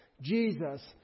Jesus